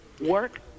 work